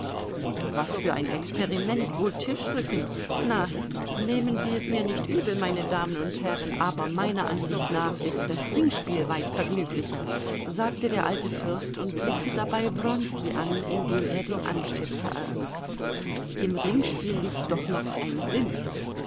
was für ein experiment wohl tischrücken na nehmen sie es mir nicht übel meine damen und herren aber meiner ansicht nach ist das ringspiel weit vergnüglicher sagte der alte fürst und blickte dabei wronski an in dem er den anstifter erriet im ringspiel liegt doch noch ein sinn